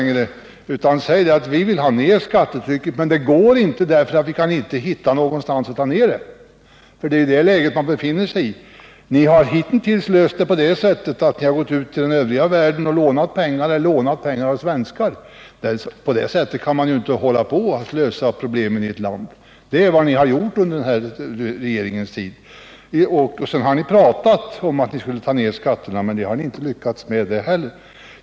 Säg i stället att vi vill få ned skattetrycket men att det inte går därför att vi inte kan hitta något område på vilket skatten kan sänkas. Det är i det läget man befinner sig. Ni har hittills löst problemet så att ni har gått ut till den övriga världen och lånat pengar. Men så kan ni inte hålla på hur länge som helst. Ni har talat om att sänka skatterna, men det har ni inte lyckats med.